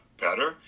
better